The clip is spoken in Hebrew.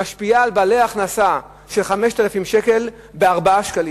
הן משפיעות על בעלי הכנסה של 5,000 שקל ב-4 שקלים.